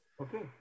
Okay